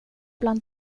bland